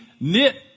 knit